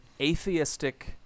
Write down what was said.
atheistic